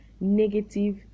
negative